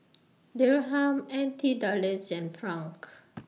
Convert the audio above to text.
Dirham N T Dollars and Franc